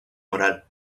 moral